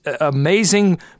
amazing